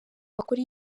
bakora